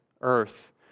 earth